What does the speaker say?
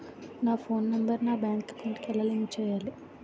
నా phone number నా bank account కి ఎలా లింక్ చేయాలి?